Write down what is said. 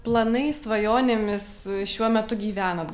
planais svajonėmis šiuo metu gyvenat